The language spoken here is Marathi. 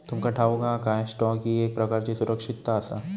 तुमका ठाऊक हा काय, स्टॉक ही एक प्रकारची सुरक्षितता आसा?